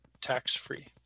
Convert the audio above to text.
tax-free